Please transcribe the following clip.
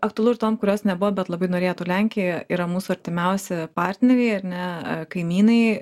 aktualu ir tom kurios nebuvo bet labai norėtų lenkijoje yra mūsų artimiausi partneriai ar ne e kaimynai